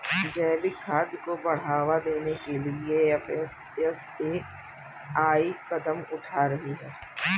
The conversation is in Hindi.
जैविक खाद को बढ़ावा देने के लिए एफ.एस.एस.ए.आई कदम उठा रही है